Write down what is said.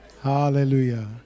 Hallelujah